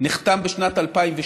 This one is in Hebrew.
נחתם בשנת 2012,